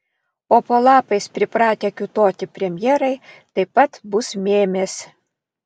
o po lapais pripratę kiūtoti premjerai taip pat bus mėmės